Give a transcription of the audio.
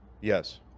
Yes